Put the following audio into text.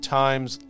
times